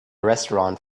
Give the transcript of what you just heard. restaurant